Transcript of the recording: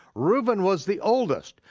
reuben was the oldest,